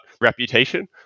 reputation